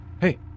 Hey